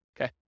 Okay